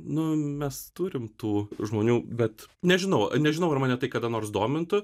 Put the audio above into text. nu mes turim tų žmonių bet nežinau nežinau ar mane tai kada nors domintų